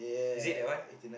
is it that one